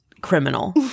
criminal